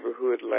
neighborhood